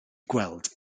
gweld